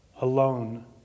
alone